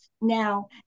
Now